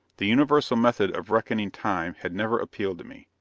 the universal method of reckoning time had never appealed to me.